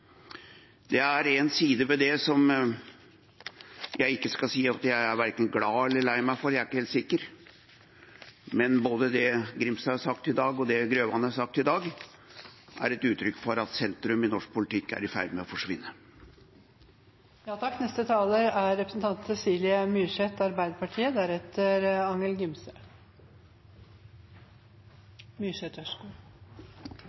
Det er en side ved det som jeg ikke skal si at jeg er verken glad for eller lei meg for – jeg er ikke helt sikker. Men både det representanten Grimstad har sagt i dag, og det representanten Grøvan har sagt i dag, er et uttrykk for at sentrum i norsk politikk er i ferd med å